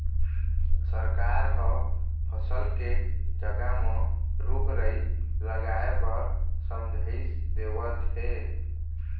सरकार ह फसल के जघा म रूख राई लगाए बर समझाइस देवत हे